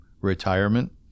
retirement